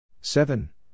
Seven